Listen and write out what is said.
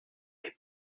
les